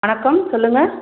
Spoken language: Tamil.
வணக்கம் சொல்லுங்க